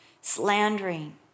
slandering